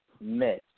miss